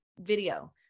video